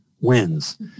wins